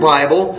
Bible